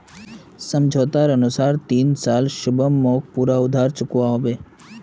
समझोतार अनुसार तीन साल शिवम मोक पूरा उधार चुकवा होबे